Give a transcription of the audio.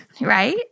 Right